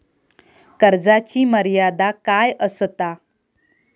कर्जाची मर्यादा काय असता?